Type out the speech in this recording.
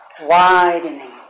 widening